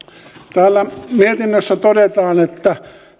täällä mietinnössä todetaan että